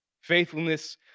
Faithfulness